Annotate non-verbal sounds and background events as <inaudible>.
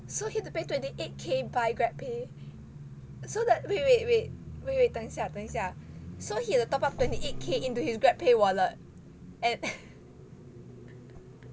so he have to pay twenty eight k by grab pay so that wait wait wait wait wait 等一下等一下 so he have to top up twenty eight k into his GrabPay wallet at <breath> <laughs>